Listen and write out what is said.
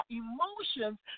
emotions